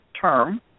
term